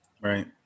Right